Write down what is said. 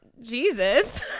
Jesus